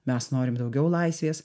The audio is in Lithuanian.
mes norim daugiau laisvės